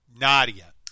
Nadia